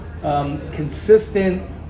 consistent